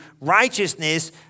righteousness